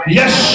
yes